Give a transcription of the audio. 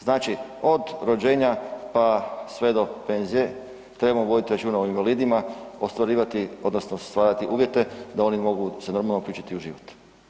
Znači od rođenja pa sve do penzije trebamo voditi računa o invalidima, ostvarivati odnosno stvarati uvjete da oni mogu se normalno uključiti u život.